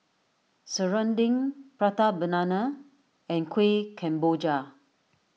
Serunding Prata Banana and Kueh Kemboja